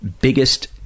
biggest